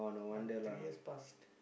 ah three years past